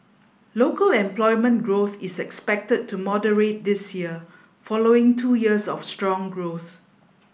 local employment growth is expected to moderate this year following two years of strong growth